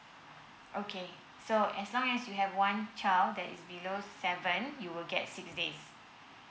okay so uh as long as you have one child that is below seven you will get six days